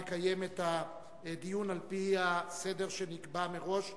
נקיים את הדיון על-פי הסדר שנקבע מראש,